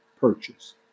purchase